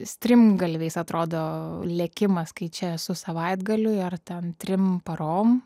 strimgalviais atrodo lėkimas kai čia esu savaitgaliui ar ten trim parom